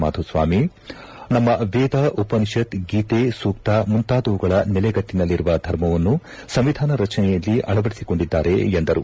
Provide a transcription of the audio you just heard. ಮಾಧುಸ್ವಾಮಿ ನಮ್ಮ ವೇದ ಉಪನಿಷತ್ ಗೀತೆ ಸೂಕ್ತ ಮುಂತಾದವುಗಳ ನೆಲೆಗಟ್ಟಿನಲ್ಲಿರುವ ಧರ್ಮವನ್ನು ಸಂವಿಧಾನ ರಚನೆಯಲ್ಲಿ ಅಳವಡಿಸಿಕೊಂಡಿದ್ದಾರೆ ಎಂದರು